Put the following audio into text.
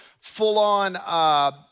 full-on